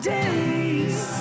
days